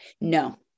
No